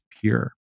pure